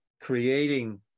creating